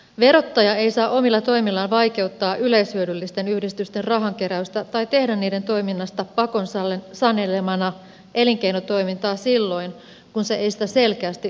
verottaja ei saa omilla toimillaan vaikeuttaa yleishyödyllisten yhdistysten rahankeräystä tai tehdä niiden toiminnasta pakon sanelemana elinkeinotoimintaa silloin kun se ei sitä selkeästi ole